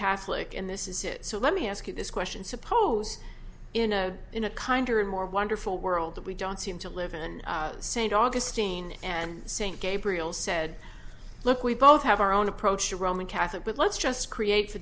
catholic and this is it so let me ask you this question suppose in a in a kinder and more wonderful world that we don't seem to live in st augustine and st gabriel said look we both have our own approach roman catholic but let's just create for